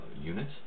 unit